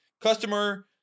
Customer